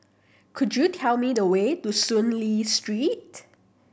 could you tell me the way to Soon Lee Street